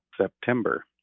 September